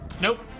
Nope